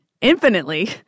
infinitely